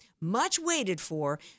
much-waited-for